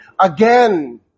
again